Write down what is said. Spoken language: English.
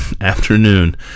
afternoon